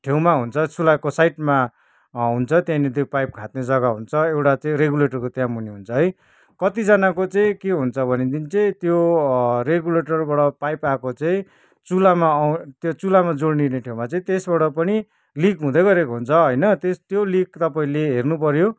ठाउँमा हुन्छ चुल्हाको साइडमा हुन्छ त्यहाँनिर त्यो पाइप खाँद्ने जग्गा हुन्छ एउटा त्यो रेगुलेटरको त्यहाँ मुनि हुन्छ है कतिजनाको चाहिँ के हुन्छ भनेदेखि चाहिँ त्यो रेगुलेटरबाड पाइप आएको चाहिँ चुल्हामा आ त्यो चुल्हामा जोडिने ठाउँमा चाहिँ त्यसबाट पनि लिक हुँदै गरेको हुन्छ होइन त्यो लिक तपाईँले हेर्नुपऱ्यो